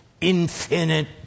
infinite